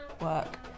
work